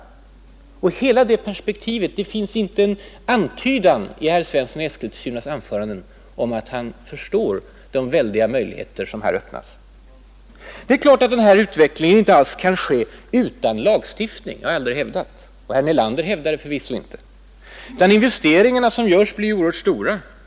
Det finns inte en antydan i de anföranden herr Svensson i Eskilstuna hållit om att han förstår de väldiga möjligheter som här öppnar sig. Det är klart att denna utveckling inte kan ske utan lagstiftning — det har jag aldrig hävdat; herr Nelander hävdar det förvisso inte heller. De investeringar som görs blir oerhört stora.